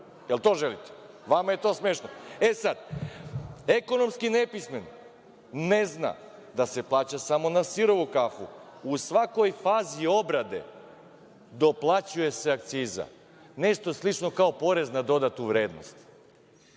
Jel to želite? Vama je to smešno. Sada, ekonomski nepismen ne zna da se plaća samo na sirovu kafu. U svakoj fazi obrade, doplaćuje se akciza. Nešto slično kao PDV. Na taj način se